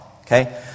okay